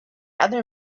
other